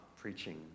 preaching